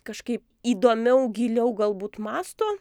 kažkaip įdomiau giliau galbūt mąsto